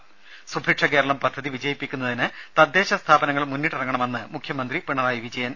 ത സുഭിക്ഷ കേരളം പദ്ധതി വിജയിപ്പിക്കുന്നതിന് തദ്ദേശ സ്ഥാപനങ്ങൾ മുന്നിട്ടിറങ്ങണമെന്ന് മുഖ്യമന്ത്രി പിണറായി വിജയൻ